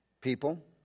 people